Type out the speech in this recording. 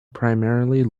primarily